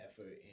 effort